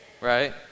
Right